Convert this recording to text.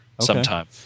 sometime